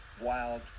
wild